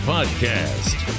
Podcast